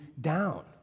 down